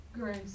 Grace